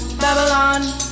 Babylon